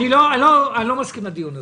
אני לא מסכים לדיון הזה,